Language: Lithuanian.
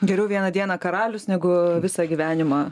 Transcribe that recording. geriau vieną dieną karalius negu visą gyvenimą